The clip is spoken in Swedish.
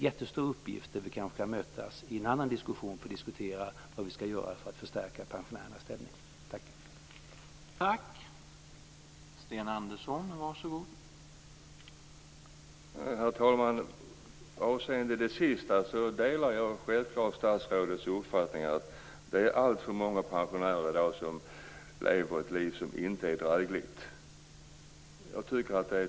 Där kan vi kanske mötas i en annan diskussion om vad vi skall göra för att förstärka pensionärernas ställning, vilket är en jättestor uppgift.